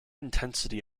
intensity